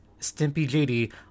StimpyJD